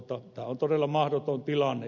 tämä on todella mahdoton tilanne